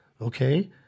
Okay